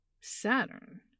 Saturn